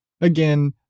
Again